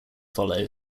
follow